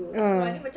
uh